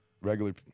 regular